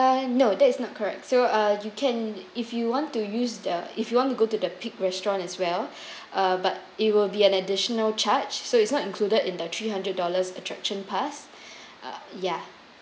eh no that's not correct so uh you can if you want to use the if you want to go to the peak restaurant as well uh but it will be an additional charge so it's not included in the three hundred dollars attraction pass ya